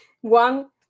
one